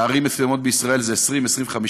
בערים מסוימות בישראל זה 20 25,